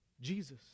Jesus